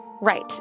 Right